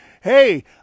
hey